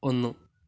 ഒന്നു